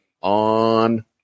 On